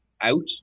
out